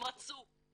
הם רצו,